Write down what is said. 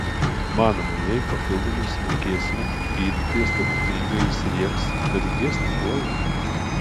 manome jei papildomai sumokėsime gydytojas stebuklingai įsriegs galingesnį plautį